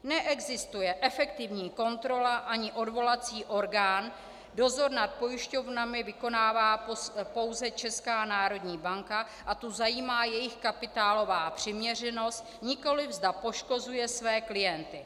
Neexistuje efektivní kontrola ani odvolací orgán, dozor nad pojišťovnami vykonává pouze Česká národní banka a tu zajímá jejich kapitálová přiměřenost, nikoliv zda poškozuje své klienty.